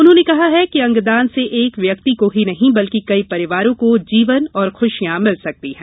उन्होंने कहा है कि अंगदान से एक व्यक्ति को ही नहीं बल्कि कई परिवारों को जीवन और खुशियाँ मिल सकती है